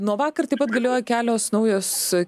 nuo vakar taip pat galioja kelios naujos